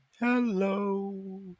Hello